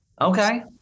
Okay